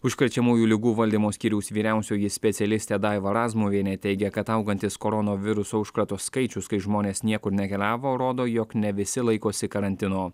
užkrečiamųjų ligų valdymo skyriaus vyriausioji specialistė daiva razmuvienė teigia kad augantis koronoviruso užkrato skaičius kai žmonės niekur nekeliavo rodo jog ne visi laikosi karantino